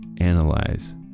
analyze